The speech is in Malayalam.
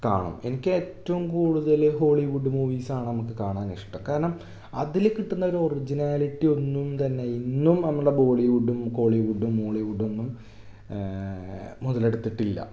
കാണും എനിക്കേറ്റവും കൂടുതൽ ഹോളി വുഡ് മൂവീസാണ് നമുക്ക് കാണാനിഷ്ടം കാരണം അതിൽ കിട്ടുന്നൊരു ഒറിജിനാലിറ്റി ഒന്നും തന്നെ ഇന്നും നമ്മുടെ ബോളി വുഡും കോളി വുഡും മോളി വുഡൊന്നും മുതലെടുത്തിട്ടില്ല